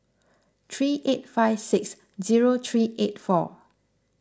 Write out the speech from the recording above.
three eight five six zero three eight four